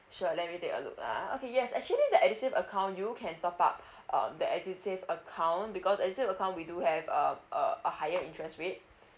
sure let me take a look ah okay yes actually the edusave account you can top up um the edusave account because edusave account we do have uh uh a higher interest rate